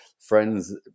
friends